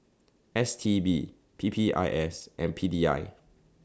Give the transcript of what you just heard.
S T B P P I S and P D I